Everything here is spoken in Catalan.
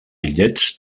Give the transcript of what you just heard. bitllets